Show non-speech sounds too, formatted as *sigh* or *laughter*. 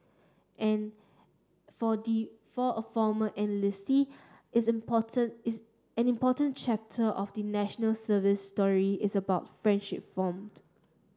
and for *unintelligible* for a former enlistee isn't important is any important chapter of the National Service story is about friendship formed